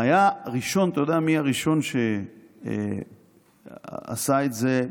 אתה יודע מי הראשון שעשה את זה,